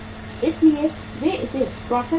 इसलिए वे इसे प्रोसेस कर रहे हैं